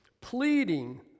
pleading